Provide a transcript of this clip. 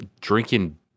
drinking